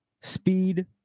Speed